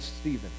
Stephen